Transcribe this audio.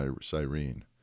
Cyrene